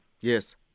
yes